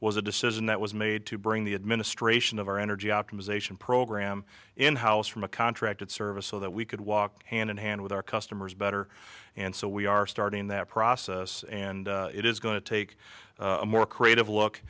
a decision that was made to bring the administration of our energy optimization program in house from a contracted service so that we could walk hand in hand with our customers better and so we are starting that process and it is going to take a more creative look